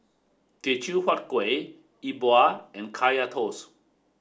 Teochew Huat Kueh E Bua and Kaya Toast